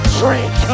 drink